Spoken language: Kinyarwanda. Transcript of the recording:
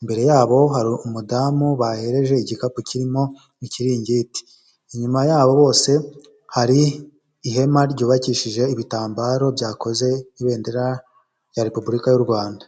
imbere yabo hari umudamu bahereje igikapu kirimo ikiringiti inyuma yabo bose hari ihema ryubakishije ibitambaro byakoze nk' ibendera rya repubulika y'u Rwanda.